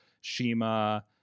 Shima